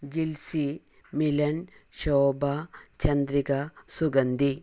Jilsy Milan Shobha Chandrika Suganthi